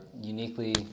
uniquely